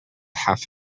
half